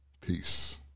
Peace